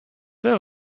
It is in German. wer